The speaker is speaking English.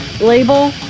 label